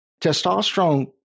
Testosterone